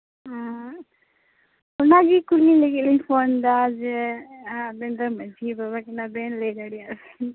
ᱦᱮᱸ ᱚᱱᱟ ᱜᱮ ᱠᱩᱞᱤ ᱞᱟᱹᱜᱤᱫ ᱞᱤᱧ ᱯᱷᱳᱱ ᱮᱫᱟ ᱡᱮ ᱟᱵᱮᱱ ᱫᱚ ᱢᱟᱺᱡᱷᱤ ᱵᱟᱵᱟ ᱠᱟᱱᱟ ᱵᱮᱱ ᱞᱟᱹᱭ ᱫᱟᱲᱮᱭᱟᱜᱼᱟ ᱵᱮᱱ